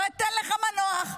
לא אתן לך מנוח,